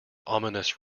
ominous